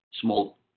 small